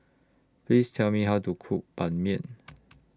Please Tell Me How to Cook Ban Mian